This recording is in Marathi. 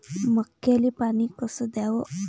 मक्याले पानी कस द्याव?